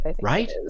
right